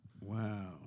Wow